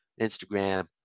Instagram